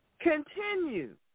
Continue